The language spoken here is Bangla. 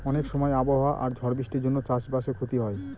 অনেক সময় আবহাওয়া আর ঝড় বৃষ্টির জন্য চাষ বাসে ক্ষতি হয়